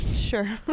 sure